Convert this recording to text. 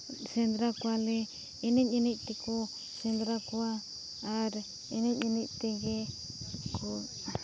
ᱥᱮᱸᱫᱽᱨᱟ ᱠᱚᱣᱟᱞᱮ ᱮᱱᱮᱡ ᱮᱱᱮᱡ ᱛᱮᱠᱚ ᱥᱮᱸᱫᱽᱨᱟ ᱠᱚᱣᱟ ᱟᱨ ᱮᱱᱮᱡ ᱮᱱᱮᱡ ᱛᱮᱜᱮ ᱠᱚ